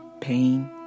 pain